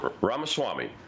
Ramaswamy